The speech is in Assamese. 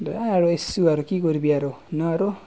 দে আৰু এৰিছো আৰু কি কৰিবি আৰু ন আৰু